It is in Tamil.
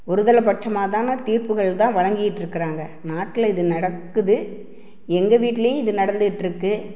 ஒருதலை பட்சமாக தானே தீர்ப்புகள் தான் வழங்கிக்கிட்டு இருக்கிறாங்க நாட்டில இது நடக்குது எங்கள் வீட்டிலையும் இது நடந்துக்கிட்டு இருக்குது